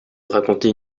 raconter